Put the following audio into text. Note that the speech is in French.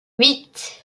huit